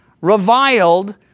reviled